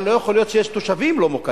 אבל לא יכול להיות שיש תושבים לא-מוכרים.